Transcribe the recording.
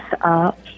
up